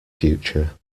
future